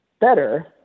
better